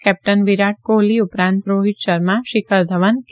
captain Virat Kohli ઉપરાંત રોહીત શર્મા શિખર ધવન કે